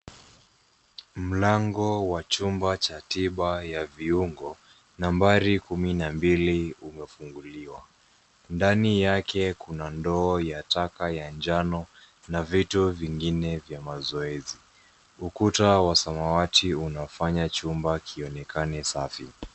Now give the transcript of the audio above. Mlango wa chumba cha tiba ya viungo. Nambari kumi n ambili umefunguliwa. Ndani yake kuna ndoo ya taka ya njano na vitu vingine vya mazoezi. Ukuta wa samawati unafanya chumba uonekane safi.